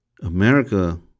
America